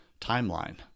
timeline